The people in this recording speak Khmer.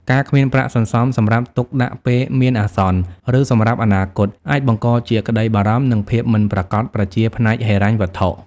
ការគ្មានប្រាក់សន្សំសម្រាប់ទុកដាក់ពេលមានអាសន្ន ឬសម្រាប់អនាគត អាចបង្កជាក្តីបារម្ភ និងភាពមិនប្រាកដប្រជាផ្នែកហិរញ្ញវត្ថុ។